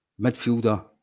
midfielder